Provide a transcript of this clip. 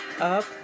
up